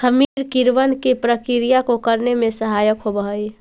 खमीर किणवन की प्रक्रिया को करने में सहायक होवअ हई